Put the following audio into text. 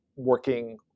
working